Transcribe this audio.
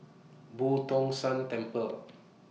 Boo Tong San Temple